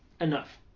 Enough